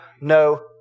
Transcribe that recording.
no